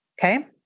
Okay